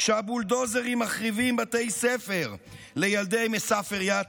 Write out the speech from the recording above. כשהבולדוזרים מחריבים בתי ספר לילדי מסאפר-יטא,